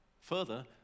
Further